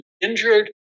injured